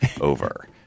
over